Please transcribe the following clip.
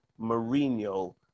Mourinho